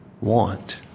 want